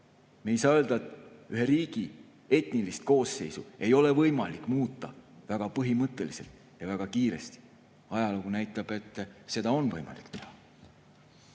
me ei saa öelda, et ühe riigi etnilist koosseisu ei ole võimalik muuta väga põhimõtteliselt ja väga kiiresti. Ajalugu näitab, et see on võimalik.